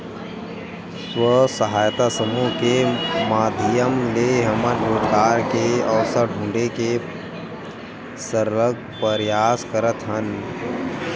स्व सहायता समूह के माधियम ले हमन रोजगार के अवसर ढूंढे के सरलग परयास करत हन